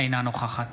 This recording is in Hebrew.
אינה נוכחת